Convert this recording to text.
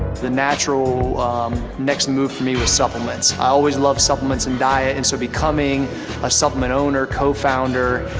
the natural next move for me was supplements. i always loved supplements and diet and so becoming a supplement owner, co-founder,